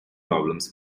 problems